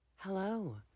Hello